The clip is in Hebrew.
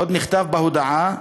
עוד נכתב בהודעה: